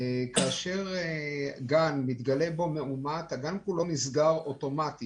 כאשר יש מאומת בגן, הגן כולו נסגר באופן מיידי.